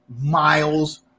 Miles